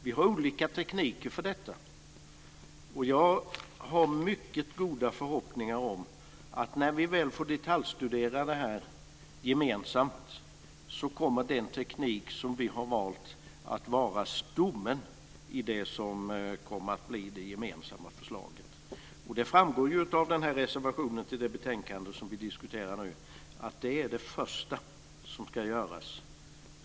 Vi har olika tekniker för detta, och jag har mycket goda förhoppningar om att när vi väl får detaljstudera det här gemensamt så kommer den teknik som vi har valt att vara stommen i det som kommer att bli det gemensamma förslaget. Det framgår ju av den här reservationen till det betänkande som vi diskuterar nu, att det är det första som ska göras.